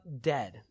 dead